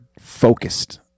focused